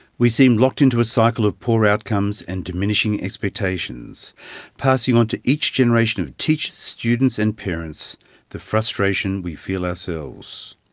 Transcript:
we seem locked in to a cycle of poor outcomes and diminishing expectations passing on to each generation of teachers, students, and parents the frustration we feel ourselves.